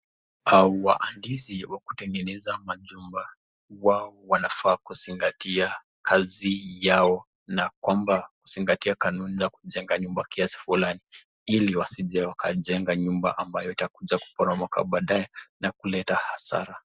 Au wahandisi wa kutengeneza majumba. Wao wanafaa kuzingatia kazi yao na kwamba kuzingatia kanuni la kujenga nyumba kiasi fulani ili wasije wakajenga nyumba ambayo itakuja kuporomoka baadaye na kuleta hasara.